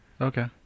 Okay